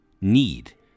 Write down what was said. need